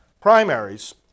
primaries